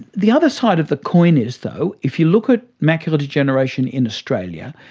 the other side of the coin is though if you look at macular degeneration in australia,